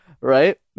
Right